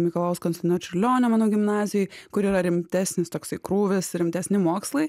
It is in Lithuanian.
mikalojaus konstantino čiurlionio menų gimnazijoj kur yra rimtesnis toksai krūvis ir rimtesni mokslai